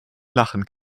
lachen